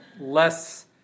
less